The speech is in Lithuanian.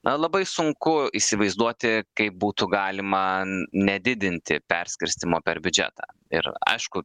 na labai sunku įsivaizduoti kaip būtų galima nedidinti perskirstymo per biudžetą ir aišku